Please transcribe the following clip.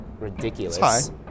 ridiculous